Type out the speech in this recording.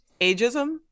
ageism